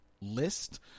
list